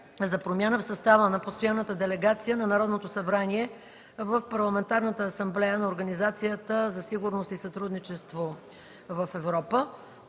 за промяна в състава на Постоянната делегация на Народното събрание в Парламентарната асамблея на Организацията за сигурност и сътрудничество в Европа